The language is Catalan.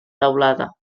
teulada